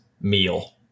meal